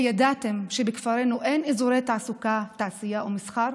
הידעתם שבכפרנו אין אזורי תעסוקה, תעשייה ומסחר?